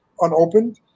unopened